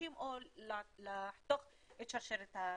אנשים או לעצור את שרשרת ההדבקה.